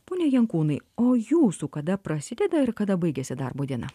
pone jankūnai o jūsų kada prasideda ir kada baigiasi darbo diena